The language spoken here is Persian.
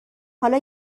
حالا